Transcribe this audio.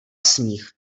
sníh